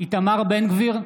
איתמר בן גביר,